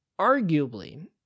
Arguably